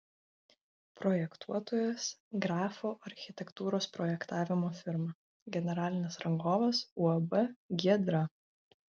projektuotojas grafo architektūros projektavimo firma generalinis rangovas uab giedra